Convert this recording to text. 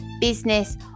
business